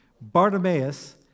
Bartimaeus